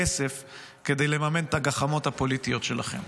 כסף כדי לממן את הגחמות הפוליטיות שלכם.